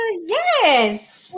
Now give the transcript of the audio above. yes